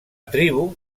tribu